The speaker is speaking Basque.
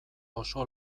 oso